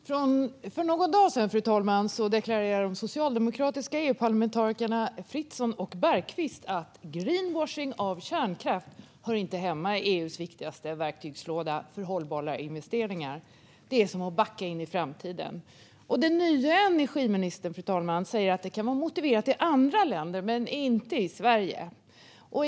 Fru talman! För någon dag sedan deklarerade de socialdemokratiska EU-parlamentarikerna Fritzon och Bergkvist att greenwashing av kärnkraft inte hör hemma i EU:s viktigaste verktygslåda för hållbara investeringar. Det är som att backa in i framtiden. Och den nya energiministern säger att det kan vara motiverat i andra länder men inte i Sverige.